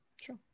sure